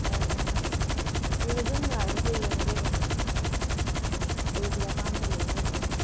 ꯍꯣꯏ ꯌꯥꯏꯌꯦ ꯑꯗꯨꯗ ꯑꯗꯨꯝ ꯂꯥꯛꯂꯒ ꯌꯦꯡꯒꯦ ꯀꯔꯤ ꯀꯔꯤ ꯑꯄꯥꯝꯕ ꯂꯩꯕ꯭ꯔꯥ ꯍꯥꯏꯕꯗꯣ